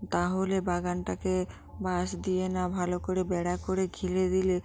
তাহলে বাগানটাকে বাঁশ দিয়ে না ভালো করে বেড়া করে ঘিরে দিলে